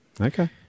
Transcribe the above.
Okay